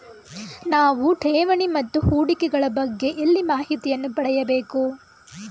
ನಾವು ಠೇವಣಿ ಮತ್ತು ಹೂಡಿಕೆ ಗಳ ಬಗ್ಗೆ ಎಲ್ಲಿ ಮಾಹಿತಿಯನ್ನು ಪಡೆಯಬೇಕು?